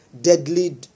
Deadly